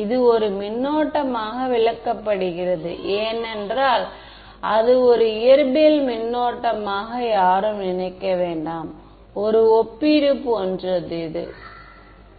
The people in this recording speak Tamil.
எனவே மேக்ஸ்வெல்லின் சமன்பாட்டை மறுபரிசீலனை செய்வதைத் தவிர இதுவரை நான் புதிதாக